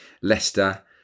Leicester